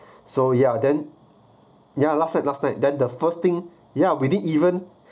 so ya then ya last night last night that the first thing ya within even